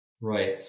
Right